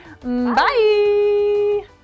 Bye